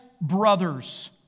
brothers